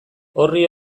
orri